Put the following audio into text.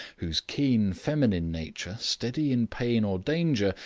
whose keen feminine nature, steady in pain or danger,